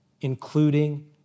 including